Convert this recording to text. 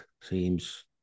seems